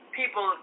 people